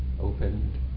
opened